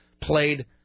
played